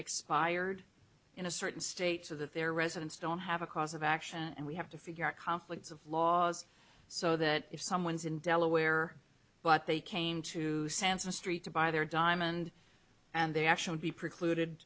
expired in a certain state so that their residents don't have a cause of action and we have to figure out conflicts of laws so that if someone's in delaware but they came to santa street to buy their diamond and they actually be precluded